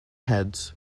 heads